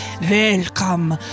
Welcome